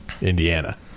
Indiana